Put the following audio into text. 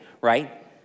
right